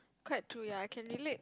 quite true ya I can relate